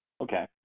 okay